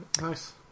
Nice